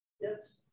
Yes